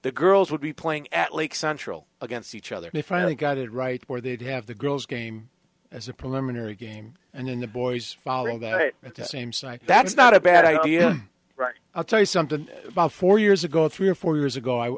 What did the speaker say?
the girls would be playing at lake central against each other and finally got it right where they'd have the girls game as a preliminary game and in the boys following that right at the same site that's not a bad idea right i'll tell you something about four years ago three or four years ago i